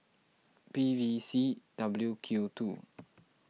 P V C W Q two